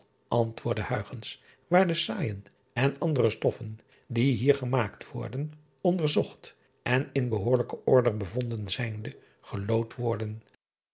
waar de aaijen en andere stoffen die hier gemaakt worden onderzocht en in behoorlijke order bevonden zijnde gelood worden